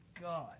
God